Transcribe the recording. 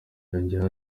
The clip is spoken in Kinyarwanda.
yongeyeho